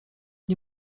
nie